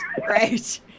right